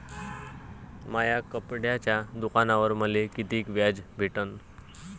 माया कपड्याच्या दुकानावर मले कितीक व्याज भेटन?